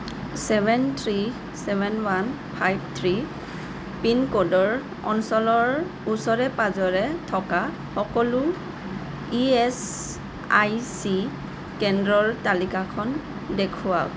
seven three seven one five three পিনক'ডৰ অঞ্চলৰ ওচৰে পাঁজৰে থকা সকলো ইএচআইচি কেন্দ্ৰৰ তালিকাখন দেখুৱাওক